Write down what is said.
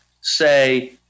say